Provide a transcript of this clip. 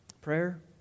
Prayer